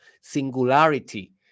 singularity